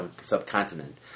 subcontinent